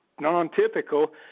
non-typical